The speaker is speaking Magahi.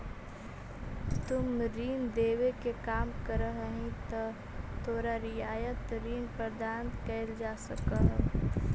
तुम ऋण देवे के काम करऽ हहीं त तोरो रियायत ऋण प्रदान कैल जा सकऽ हओ